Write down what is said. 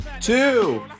two